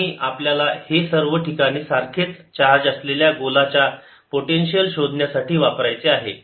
VrRσ0r≤R आणि आपल्याला ते सर्व ठिकाणी सारखेच चार्ज असलेल्या गोलाच्या पोटेन्शियल शोधण्यासाठी वापरायचे आहे